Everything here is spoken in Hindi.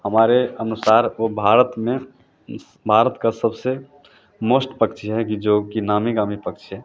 हमारे अनुसार वो भारत में भारत का सबसे मस्त पक्षी है कि जोकि नामी गामी पक्षी है